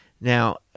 Now